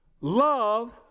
love